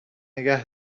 نگه